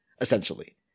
essentially